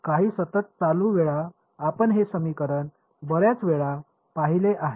काही सतत चालू वेळा आपण हे समीकरण बर्याच वेळा पाहिले आहे